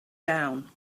down